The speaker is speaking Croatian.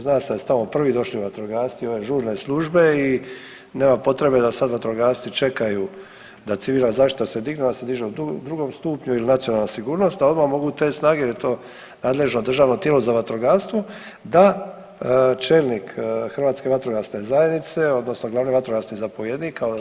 Zna se da su tamo prvo došli vatrogasci i ove žurne službe i nema potrebe da sad vatrogasci čekaju da civilna zaštita se digne, ona se diže u drugom stupnju il nacionalna sigurnost, a odmah mogu te snage to nadležno državno tijelo za vatrogastvo da čelnik Hrvatske vatrogasne zajednice odnosno glavni vatrogasni zapovjednik kao